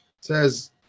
says